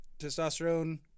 Testosterone